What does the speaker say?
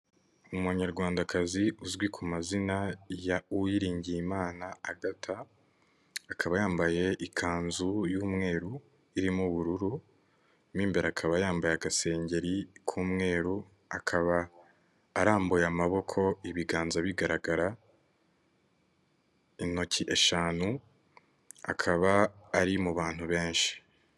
Umunyarwandakazi uzwi ku mazina ya UWIRINGIYIMANA Agatha, akaba yambaye ikanzu y'umweru irimo ubururu, mo imbere akaba yambaye agasengeri k'umweru, akaba arambuye amaboko ibiganza bigaragara, intoki eshanu, akaba ari mu bantu benshi.